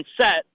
set